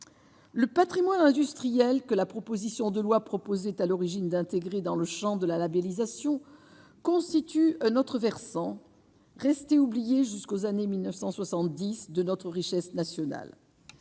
le Patrimoine industriel que la proposition de loi proposait à l'origine d'intégrer dans le Champ de la labélisation constitue un autre versant oublié jusqu'aux années 1970 de notre richesse nationale